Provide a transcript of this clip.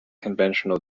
conventional